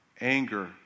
anger